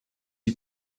you